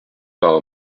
par